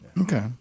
Okay